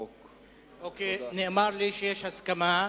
נאמר לי שיש הסכמה,